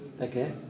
Okay